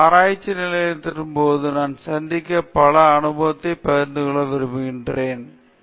ஆராய்ச்சியை நிலைநிறுத்தும்போது நான் சந்தித்த சில அனுபவத்தை பகிர்ந்து கொள்ள விரும்புகிறேன் நான் எம்